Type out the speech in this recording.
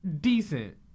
Decent